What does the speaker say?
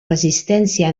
resistència